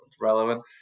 relevant